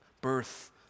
Birth